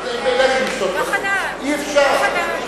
לכי לשתות, אי-אפשר.